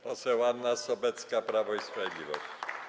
Poseł Anna Sobecka, Prawo i Sprawiedliwość.